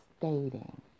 stating